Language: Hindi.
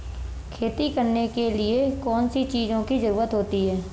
खेती करने के लिए कौनसी चीज़ों की ज़रूरत होती हैं?